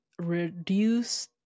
reduce